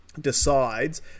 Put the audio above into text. decides